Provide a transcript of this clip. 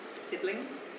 siblings